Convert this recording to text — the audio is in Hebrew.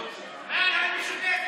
המשותפת,